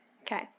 okay